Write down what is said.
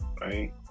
right